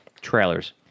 trailers